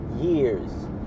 years